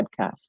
podcast